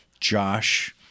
Josh